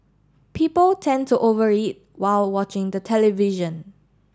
people tend to over eat while watching the television